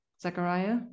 Zachariah